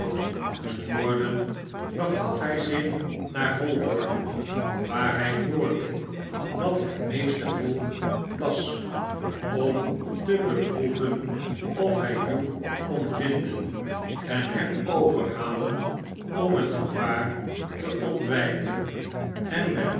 moest worden begaf hij zich naar holborn waar hij hobrde dat het rneeste volk was om te beproeven of hij hugh kon vindemenhem overhalen om het gevaar te ontwijken en met